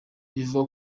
bivugwa